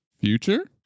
Future